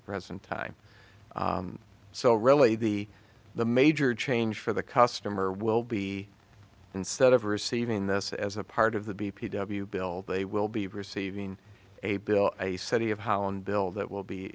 the present time so really the the major change for the customer will be instead of receiving this as a part of the b p w bill they will be receiving a bill a study of how an bill that will be